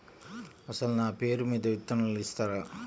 అసలు నా పేరు మీద విత్తనాలు ఇస్తారా?